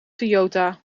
toyota